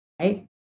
right